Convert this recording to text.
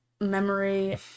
memory